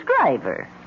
driver